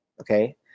okay